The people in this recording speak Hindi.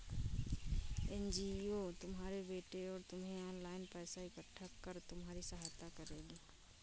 एन.जी.ओ तुम्हारे बेटे और तुम्हें ऑनलाइन पैसा इकट्ठा कर तुम्हारी सहायता करेगी